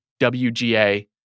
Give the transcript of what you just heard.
WGA